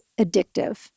addictive